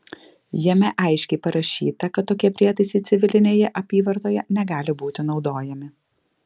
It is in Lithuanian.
jame aiškiai parašyta kad tokie prietaisai civilinėje apyvartoje negali būti naudojami